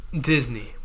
Disney